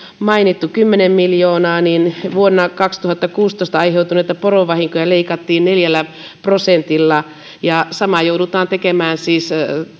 mainittu kymmenen miljoonaa niin vuonna kaksituhattakuusitoista aiheutuneita porovahinkoja leikattiin neljällä prosentilla ja sama joudutaan tekemään siis